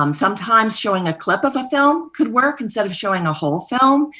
um sometimes showing a clip of a film could work instead of showing a whole film,